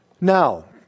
Now